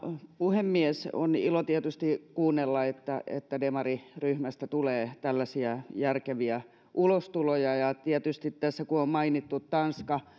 puhemies on ilo tietysti kuunnella että että demariryhmästä tulee tällaisia järkeviä ulostuloja tietysti tässä kun on mainittu tanska